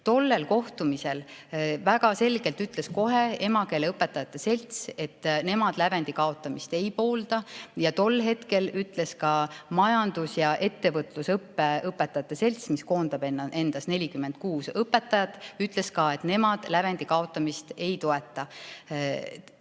ütles kohe väga selgelt emakeeleõpetajate selts, et nemad lävendi kaotamist ei poolda. Tol hetkel ütles ka majandus- ja ettevõtlusõpetajate selts, mis koondab endas 46 õpetajat, et nemad lävendi kaotamist ei toeta.